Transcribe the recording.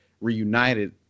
reunited